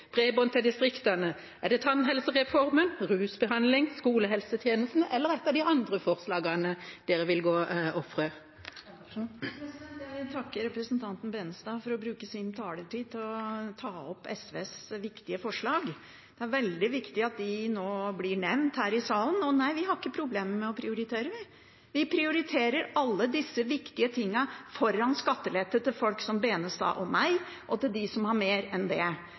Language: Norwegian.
bredbånd til distriktene? Er det tannhelsereformen, rusbehandling, skolehelsetjenesten eller et av de andre forslagene de vil ofre? Jeg vil takke representanten Benestad for å bruke sin taletid til å ta opp SVs viktige forslag. Det er veldig viktig at de nå blir nevnt her i salen. Nei, vi har ikke problemer med å prioritere. Vi prioriterer alle disse viktige tingene foran skattelette til folk som Benestad og meg og til dem som har mer enn det.